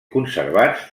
conservats